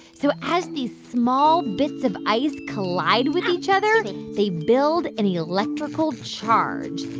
so as these small bits of ice collide with each other, they they build an electrical charge.